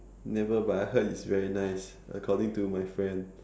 never but I heard is very nice according to my friend